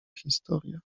historia